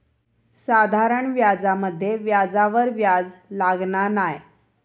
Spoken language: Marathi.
साधारण व्याजामध्ये व्याजावर व्याज लागना नाय